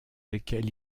lesquelles